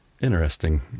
interesting